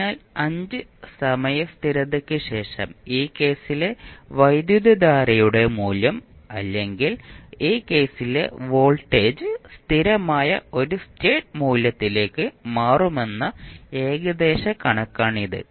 അതിനാൽ 5 സമയ സ്ഥിരതയ്ക്ക് ശേഷം ഈ കേസിലെ വൈദ്യുതധാരയുടെ മൂല്യം അല്ലെങ്കിൽ ഈ കേസിലെ വോൾട്ടേജ് സ്ഥിരമായ ഒരു സ്റ്റേറ്റ് മൂല്യത്തിലേക്ക് മാറുമെന്ന ഏകദേശ കണക്കാണ് ഇത്